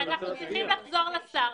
אנחנו צריכים לחזור לשר